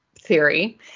theory